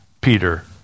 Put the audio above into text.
Peter